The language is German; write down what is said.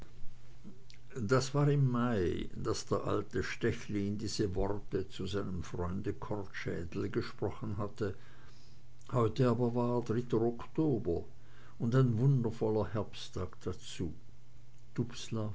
das war im mai daß der alte stechlin diese worte zu seinem freunde kortschädel gesprochen hatte heute aber war dritter oktober und ein wundervoller herbsttag dazu